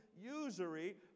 usury